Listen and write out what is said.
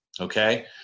okay